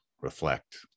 reflect